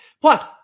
Plus